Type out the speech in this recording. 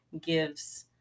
gives